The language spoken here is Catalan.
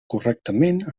correctament